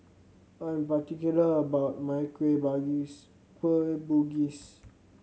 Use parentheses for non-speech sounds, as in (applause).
I am particular about my kueh (unintelligible) Kueh Bugis